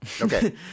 Okay